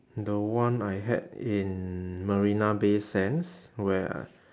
the one I had in marina bay sands where I